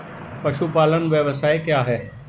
पशुपालन व्यवसाय क्या है?